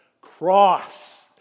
Cross